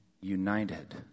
united